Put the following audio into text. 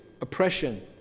oppression